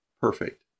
perfect